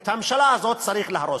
את הממשלה הזאת צריך להרוס.